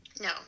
No